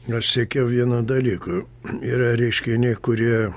aš sekiau vieną dalyku yra reiškiniai kurie